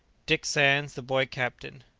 dick sands the boy captain.